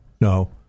No